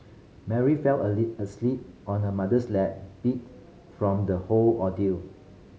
Mary fell asleep on her mother's lap beat from the whole ordeal